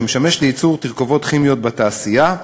שמשמש לייצור תרכובות כימיות בתעשייה.